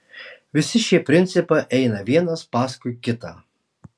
visi šie principai eina vienas paskui kitą